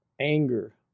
anger